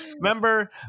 Remember